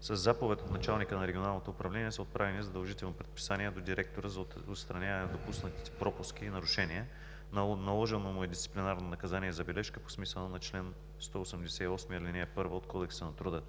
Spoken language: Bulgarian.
Със заповед на началника на Регионалното управление са отправени задължителни предписания до директора за отстраняване на допуснатите пропуски и нарушения. Наложено му е дисциплинарно наказание „забележка“ по смисъла на чл. 188, ал. 1 от Кодекса на труда.